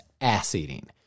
ass-eating